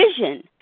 vision